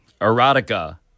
Erotica